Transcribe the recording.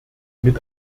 mit